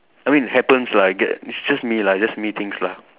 I mean it happens lah it ge it's just me lah just me things lah